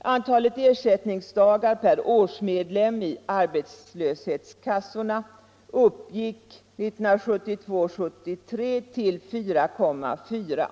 Antalet ersättningsdagar per årsmedlem i arbetslöshetskassorna uppgick 1972/73 till 4,4.